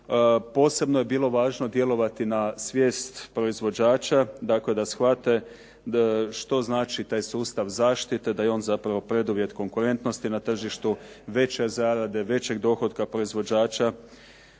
Posebno je bilo važno djelovati na svijest proizvođača da shvate što znači taj sustav zaštite, da je on zapravo preduvjet konkurentnosti na tržištu, veće zarade, većeg dohotka proizvođača